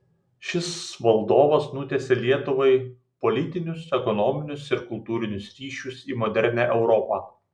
šis valdovas nutiesė lietuvai politinius ekonominius ir kultūrinius ryšius į modernią europą